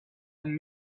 and